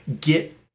get